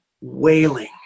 wailing